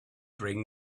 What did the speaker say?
bring